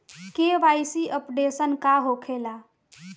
KYC updation का होखेला?